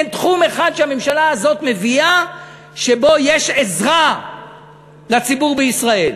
אין תחום אחד שהממשלה הזאת מביאה שיש בו עזרה לציבור בישראל.